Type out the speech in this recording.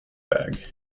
bag